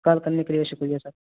کال کرنے کے لیے شکریہ سر